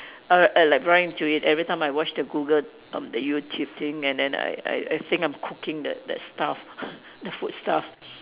uh like I run into it everytime I watch the Google erm the YouTube thing and then I I I think I'm cooking that that stuff the food stuff